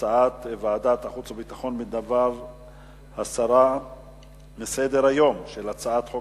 הצעת ועדת חוץ וביטחון בדבר הסרה מסדר-היום של הצעת חוק